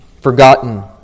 forgotten